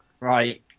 Right